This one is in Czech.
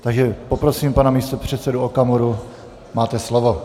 Takže poprosím pana místopředsedu Okamuru, máte slovo.